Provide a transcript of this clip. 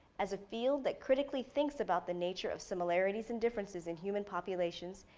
as a field that critically thinks about the nature of similarities and differences in human populations,